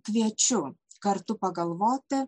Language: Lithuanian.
kviečiu kartu pagalvoti